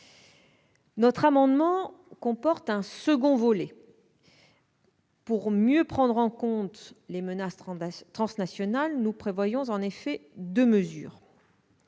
Cet amendement comporte un second volet : pour mieux prendre en compte les menaces transnationales, nous prévoyons deux mesures.